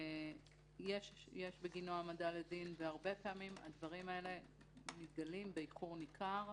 יש בגינו העמדה לדין והרבה פעמים הדברים האלה מתגלים באיחור ניכר.